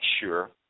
sure